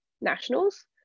nationals